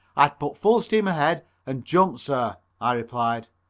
i'd put full steam ahead and jump, sir, i replied.